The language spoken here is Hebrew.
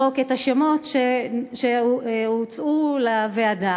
השם ייקום דמו, ואני עדיין מתקשה לדבר.